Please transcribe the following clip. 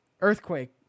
Earthquake